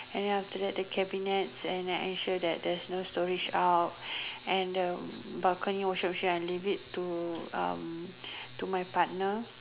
and then after that the cabinets and I ensure that there's no storage out and the balcony washing machine I leave it to um to my partner